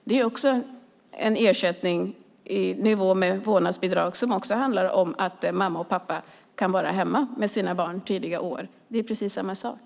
Det är en ersättning i nivå med vårdnadsbidrag som också handlar om att mamma och pappa kan vara hemma med sina barn under deras tidiga år. Det är precis samma sak.